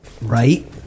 right